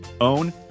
own